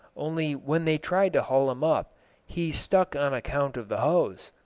only when they tried to haul him up he stuck on account of the hose.